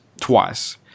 twice